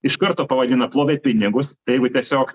iš karto pavadino plovė pinigus tai jeigu tiesiog